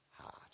heart